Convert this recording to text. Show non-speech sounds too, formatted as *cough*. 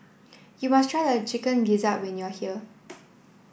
you must try Chicken Gizzard when you are here *noise*